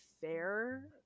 fair